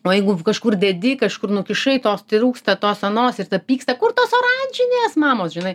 o jeigu kažkur dedi kažkur nukišai tos trūksta tos anos ir tada pyksta kur tos oranžinės mamos žinai